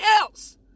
else